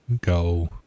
go